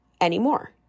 anymore